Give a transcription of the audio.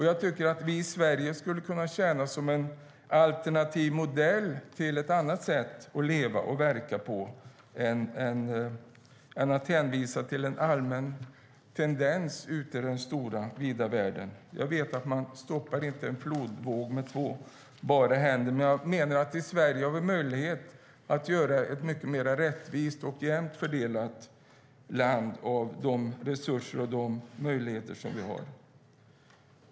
Jag tycker att vi i Sverige skulle kunna tjäna som en alternativ modell till ett annat sätt att leva och verka på än att hänvisa till en allmän tendens ute i den stora vida världen. Jag vet att man inte stoppar en flodvåg med två bara händer. Men jag menar att vi i Sverige har möjlighet att skapa ett mycket mer rättvist och jämnt fördelat land med de resurser och de möjligheter vi har.